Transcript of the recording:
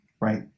Right